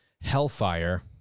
hellfire